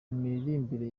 imiririmbire